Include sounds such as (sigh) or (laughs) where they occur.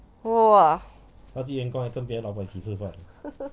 !wah! (laughs)